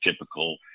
typical